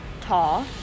tall